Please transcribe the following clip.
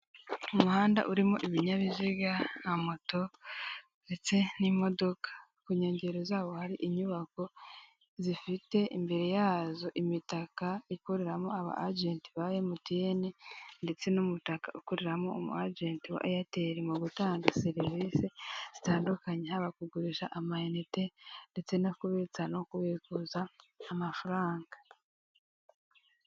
Umuhanda urimo ibinyabiziga nka moto ndetse n'imodoka, ku inkengero zawo hari inyubako zifite imbere yazo imitaka ikoreramo abejeti b' Emutiyeni ndetse n'umutaka ukoreramo umwejeti w' Eyateli ,mu gutanga serivisi zitandukanye haba kugurisha ama inite ndetse no kubitsa no kubikuza amafaranga.